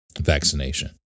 Vaccination